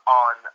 on